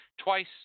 Twice